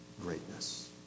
greatness